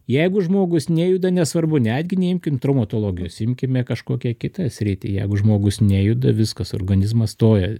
jeigu žmogus nejuda nesvarbu netgi neimkim traumatologijos imkime kažkokią kitą sritį jeigu žmogus nejuda viskas organizmas stoja